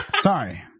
Sorry